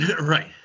Right